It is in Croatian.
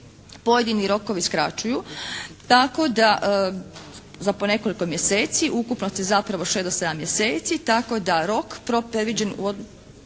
pojedini rokovi skraćuju tako da za po nekoliko mjeseci, u ukupnosti zapravo šest do sedam mjeseci, tako da rok predviđen